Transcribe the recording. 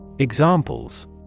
Examples